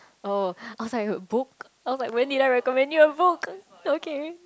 oh I was like a book oh but when did I recommend you a book okay